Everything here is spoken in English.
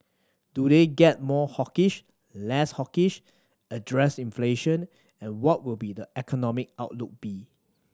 do they get more hawkish less hawkish address inflation and what will the economic outlook be